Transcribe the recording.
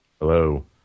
Hello